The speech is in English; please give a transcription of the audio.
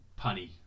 punny